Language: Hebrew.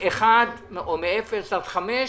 מאפס עד חמש,